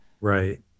right